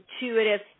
intuitive